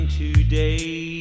today